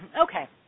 Okay